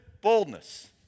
boldness